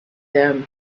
them